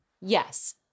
Yes